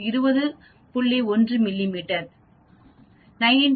1 மிமீ 19